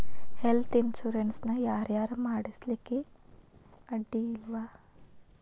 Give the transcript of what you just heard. Health insurance ನ ಯಾರ್ ಯಾರ್ ಮಾಡ್ಸ್ಲಿಕ್ಕೆ ಅಡ್ಡಿ ಇಲ್ಲಾ?